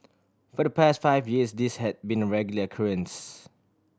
for the past five years this had been a regular occurrence